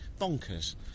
Bonkers